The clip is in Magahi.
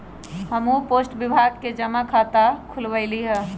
हम्हू पोस्ट विभाग में जमा बचत खता खुलवइली ह